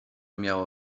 miało